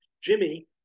Jimmy